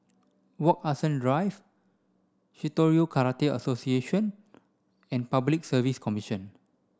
Wak Hassan Drive Shitoryu Karate Association and Public Service Commission